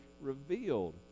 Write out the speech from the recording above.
revealed